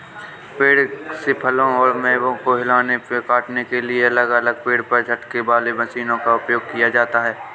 पेड़ से फलों और मेवों को हिलाने और काटने के लिए अलग अलग पेड़ पर झटकों वाली मशीनों का उपयोग किया जाता है